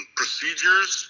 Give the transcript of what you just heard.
procedures